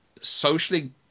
socially